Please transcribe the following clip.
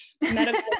medical